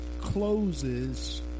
closes